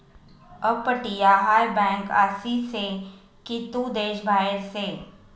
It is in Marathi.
अपटीया हाय बँक आसी से की तू देश बाहेर से